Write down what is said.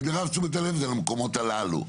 זה למקומות הללו.